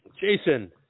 Jason